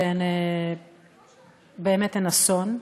שהן אסון.